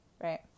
right